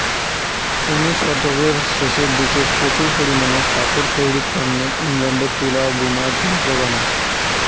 উনিশ শতকের শেষের দিকে প্রচুর পারিমানে কাপড় তৈরির তন্নে ইংল্যান্ডে তুলা বুনা যন্ত্র বানায়